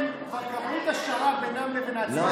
הם כבר קבעו את השעה בינם לבין עצמם.